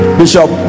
bishop